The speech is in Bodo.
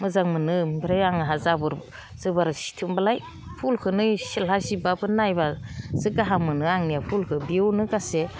मोजां मोनो ओमफ्राय आंहा जाबर जुबर सिथोमबलाय फुलखोनो एसे सिथ्ला सिबब्लाबो नायब्ला एसे गाहाम मोनो आरो आंनिया फुलखो बेवनो गासै